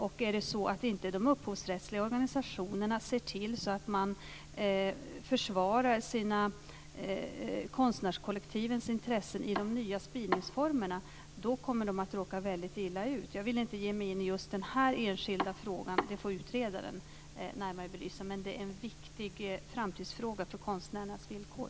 Om de upphovsrättsliga organisationerna inte ser till att försvara konstnärskollektivens intressen i de nya spridningsformerna kommer de att råka väldigt illa ut. Jag vill inte ge mig in i just den här enskilda frågan. Den får utredaren belysa närmare, men det är en viktig framtidsfråga när det gäller konstnärernas villkor.